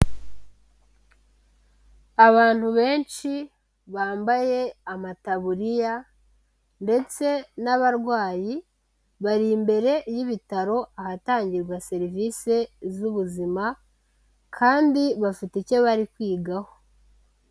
Abantu benshi bambaye amataburiya ndetse n'abarwayi, bari imbere y'ibitaro ahatangirwa serivisi z'ubuzima. Kandi bafite icyo bari kwigaho.